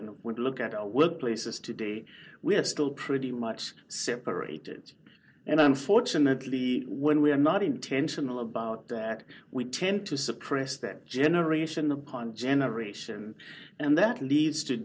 you look at all workplaces today we're still pretty much separated and unfortunately when we're not intentional about that we tend to suppress that generation upon generation and that leads to